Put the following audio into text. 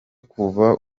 kumva